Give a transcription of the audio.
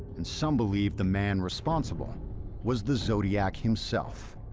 and some believe the man responsible was the zodiac himself.